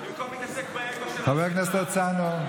חבר הכנסת הרצנו,